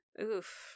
Oof